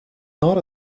not